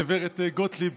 גב' גוטליב,